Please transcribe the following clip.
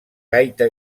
gaita